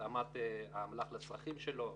התאמת האמל"ח לצרכים שלו,